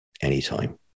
anytime